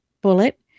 bullet